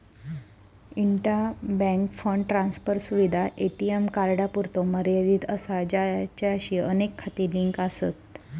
intra bank fund transfer सुविधा ATM कार्डांपुरतो मर्यादित असा ज्याचाशी अनेक खाती लिंक आसत